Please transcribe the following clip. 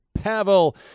Pavel